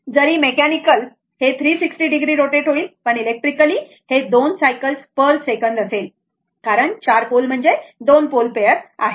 जरी मेकॅनिकल हे 360 degree rotate होईल पण इलेक्ट्रिकली हे 2 सायकल्स पर सेकंद असेल कारण 4 पोल म्हणजे 2 पोल पेअर आहेत